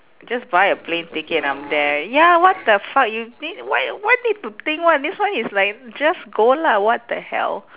just buy a plane ticket I'm there ya what the fuck you mean why why need to think [one] this one is like just go lah what the hell